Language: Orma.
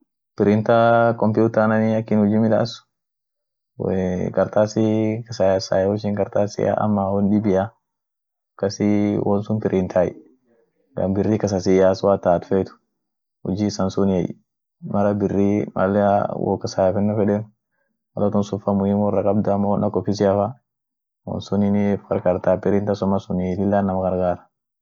Blendanii aki huji midaas, blendan huji gudio isan worigaatiai. won ak juice fa midaafenonii, woat matuunda kabd wonsun fa rigai. amo won hagar ta nyaanoafaanen unum rigai. won gugurdafa chacharekeese rige ama akfeden sun kasabaasai. woriga au wo tuma hiragai woistama tumiet amootu.